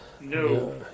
No